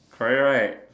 correct right